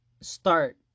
start